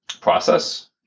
process